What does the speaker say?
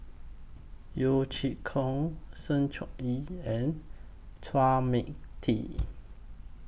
Yeo Chee Kiong Sng Choon Yee and Chua Mia Tee